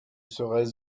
serais